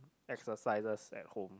exercises at home